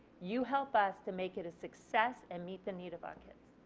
you help us to make it a success and meet the needs of our kids.